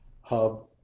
hub